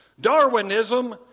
Darwinism